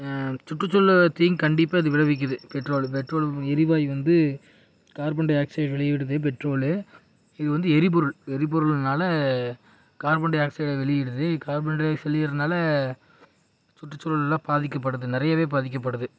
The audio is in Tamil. சுற்றுச்சூழல் தீங்கு கண்டிப்பாக இது விளைவிக்கிது பெட்ரோலு பெட்ரோல் எரிவாயு வந்து கார்பன் டைஆக்ஸைட் வெளியிடுது பெட்ரோலு இது வந்து எரிபொருள் எரிபொருள்னால் கார்பன் டைஆக்ஸைட வெளியிடுது கார்பன் டைஆக்ஸைட வெளியிடுறனால சுற்றுச்சூழலெலாம் பாதிக்கப்படுது நிறையவே பாதிக்கப்படுது